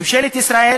ממשלת ישראל